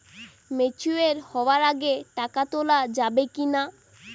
Mature হওয়ার আগে টাকা তোলা যাবে কিনা?